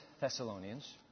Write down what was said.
Thessalonians